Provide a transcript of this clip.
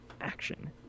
action